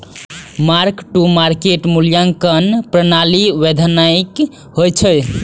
mark to market मूल्यांकन प्रणाली वैधानिक होइ छै